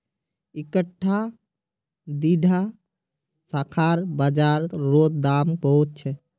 इकट्ठा दीडा शाखार बाजार रोत दाम बहुत छे